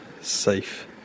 safe